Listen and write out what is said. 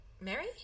Mary